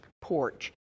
porch